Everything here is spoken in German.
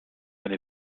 eine